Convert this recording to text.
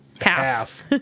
half